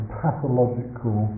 pathological